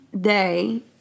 day